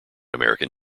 american